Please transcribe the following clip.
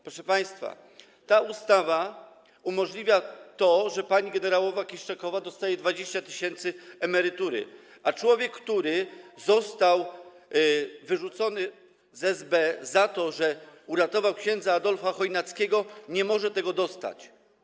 Proszę państwa, ta ustawa umożliwia to, że pani generałowa Kiszczakowa dostaje 20 tys. emerytury, a człowiek, który został wyrzucony z SB za to, że uratował ks. Adolfa Chojnackiego, nie może tego dostać.